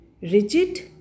rigid